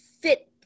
fit